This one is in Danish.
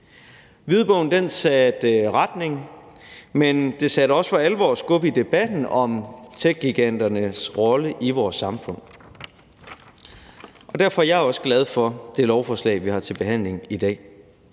Hvidbogen satte retning, men den satte også for alvor skub i debatten om techgiganternes rolle i vores samfund. Derfor er jeg også glad for det lovforslag, vi har til behandling i dag.